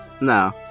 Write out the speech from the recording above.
No